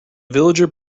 villager